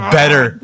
better